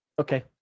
Okay